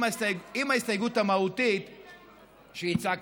עם ההסתייגות המהותית שהצגתי.